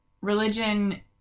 religion